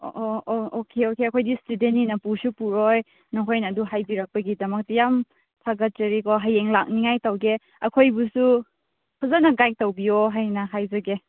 ꯑꯣ ꯑꯣ ꯑꯣ ꯑꯣꯀꯦ ꯑꯣꯀꯦ ꯑꯩꯈꯣꯏꯒꯤ ꯏꯁꯇꯨꯗꯦꯟꯅꯤꯅ ꯄꯨꯁꯨ ꯄꯨꯔꯣꯏ ꯅꯈꯣꯏꯅ ꯑꯗꯨ ꯍꯥꯏꯕꯤꯔꯛꯄꯒꯤꯗꯃꯛꯇ ꯌꯥꯝ ꯊꯥꯒꯠꯆꯔꯤꯀꯣ ꯍꯌꯦꯡ ꯂꯥꯛꯅꯤꯡꯉꯥꯏ ꯇꯧꯒꯦ ꯑꯩꯈꯣꯏꯕꯨꯁꯨ ꯐꯖꯅ ꯒꯥꯏꯗ ꯇꯧꯕꯤꯌꯣ ꯍꯥꯏꯅ ꯍꯥꯏꯖꯒꯦ